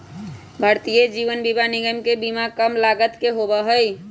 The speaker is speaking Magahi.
भारतीय जीवन बीमा निगम के बीमा कम लागत के होबा हई